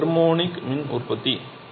இது தெர்மோனிக் மின் உற்பத்தி